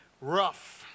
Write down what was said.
rough